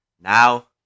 now